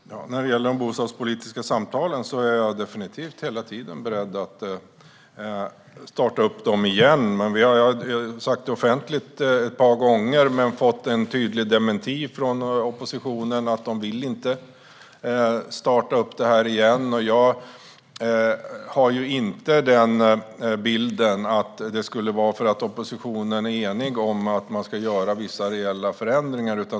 Herr talman! När det gäller de bostadspolitiska samtalen är jag definitivt, hela tiden, beredd att starta upp dem igen. Vi har sagt det offentligt ett par gånger, men oppositionen har avvisat det tydligt. De vill inte starta upp samtalen igen. Jag har inte bilden av att det skulle bero på att oppositionen är enig om att man ska göra vissa reella förändringar.